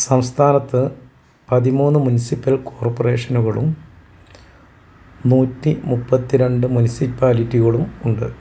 സംസ്ഥാനത്ത് പതിമൂന്ന് മുനിസിപ്പൽ കോർപ്പറേഷനുകളും നൂറ്റിമുപ്പത്തിരണ്ട് മുനിസിപ്പാലിറ്റികളും ഉണ്ട്